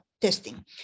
testing